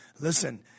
listen